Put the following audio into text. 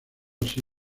así